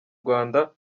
rwanda